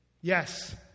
yes